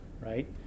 right